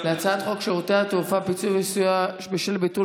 שירותי התעופה (פיצוי וסיוע בשל ביטול